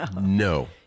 No